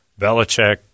Belichick